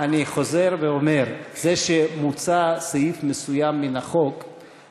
אני חוזר ואומר: זה שמוצא סעיף מסוים מן החוק זה לא משנה,